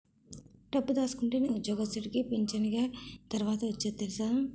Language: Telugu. డబ్బు దాసుకుంటేనే ఉద్యోగస్తుడికి పింఛనిగ తర్వాత ఒచ్చేది తెలుసా